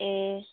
ए